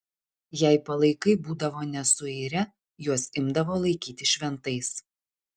jei palaikai būdavo nesuirę juos imdavo laikyti šventais